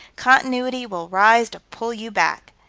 continuity will rise to pull you back.